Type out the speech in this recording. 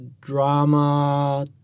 drama